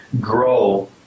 grow